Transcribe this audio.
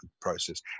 process